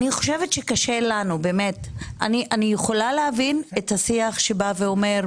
אני חושבת שקשה לנו באמת אני יכולה להבין את השיח שבא ואומר,